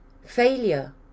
Failure